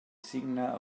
signa